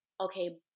okay